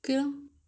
okay lor